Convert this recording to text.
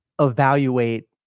Evaluate